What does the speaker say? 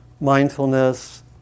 mindfulness